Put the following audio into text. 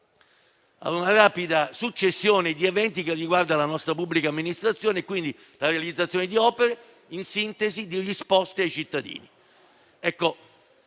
a una rapida successione di eventi riguardanti la nostra pubblica amministrazione, quindi, la realizzazione di opere e in sintesi di risposte ai cittadini. Il